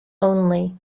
only